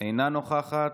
אינה נוכחת.